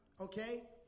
okay